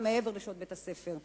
גם מעבר לשעות בית-הספר.